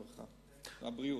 הרווחה והבריאות.